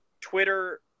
Twitter